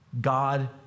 God